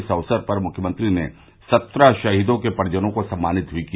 इस अवसर पर मुख्यमंत्री ने सत्रह शहीदों के परिजनों को सम्मानित भी किया